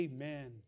Amen